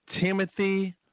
Timothy